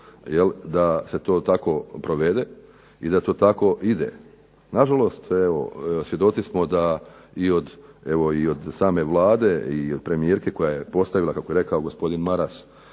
da se to tako provede i da to tako ide. Nažalost evo svjedoci smo da i od same Vlade i od premijerke koja je postavila kako je rekao gospodin Maras